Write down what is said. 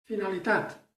finalitat